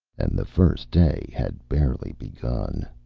and the first day had barely begun.